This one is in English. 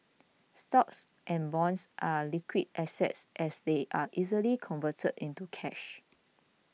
stocks and bonds are liquid assets as they are easily converted into cash